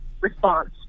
response